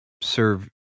serve